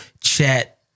chat